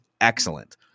excellent